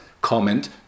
comment